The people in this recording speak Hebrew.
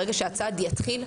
ברגע שהצעד יתחיל,